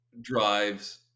drives